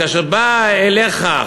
כאשר באה אליך,